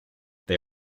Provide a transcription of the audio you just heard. they